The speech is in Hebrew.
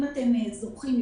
אם אתם זוכרים,